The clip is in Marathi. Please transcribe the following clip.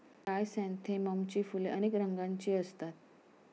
क्रायसॅन्थेममची फुले अनेक रंगांची असतात